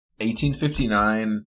1859